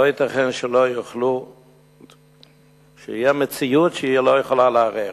לא ייתכן שתהיה מציאות שהיא לא יכולה לערער.